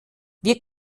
wir